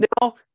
now